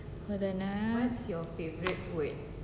hold on ah